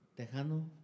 tejano